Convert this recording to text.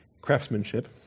craftsmanship